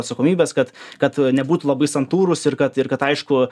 atsakomybės kad kad nebūtų labai santūrūs ir kad ir kad aišku